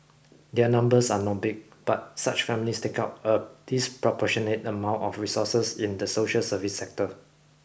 their numbers are not big but such families take out a disproportionate amount of resources in the social service sector